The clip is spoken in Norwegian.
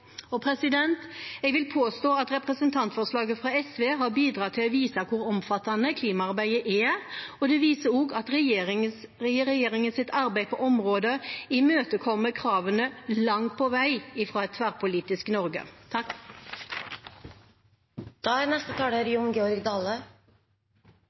Jeg vil påstå at representantforslaget fra SV har bidratt til å vise hvor omfattende klimaarbeidet er. Det viser også at regjeringens arbeid på området langt på vei imøtekommer kravene fra et tverrpolitisk Norge. Eg skal starte med noko så uvanleg som å sitere representanten Aukrust. Han sa at Framstegspartiet er